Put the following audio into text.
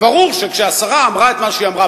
ברור שכשהשרה אמרה את מה שהיא אמרה,